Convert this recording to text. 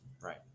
right